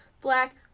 black